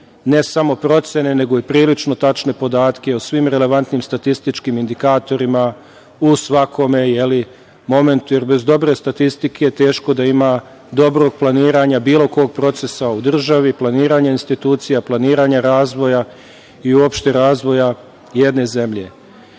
ne samo procene, nego i prilično tačne podatke o svim relevantnim statističkim indikatorima u svakom momentu. Jer, bez dobre statistike teško da ima dobrog planiranja bilo kog procesa u državi, planiranja institucija, planiranja razvoja i uopšte razvoja jedne zemlje. Istakao